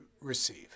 receive